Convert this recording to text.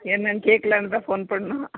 என்னு கேட்கலான்னு தான் ஃபோன் பண்ணேன்